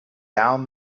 down